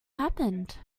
happened